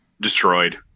destroyed